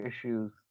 issues